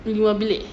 ni dua bilik